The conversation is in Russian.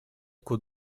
кот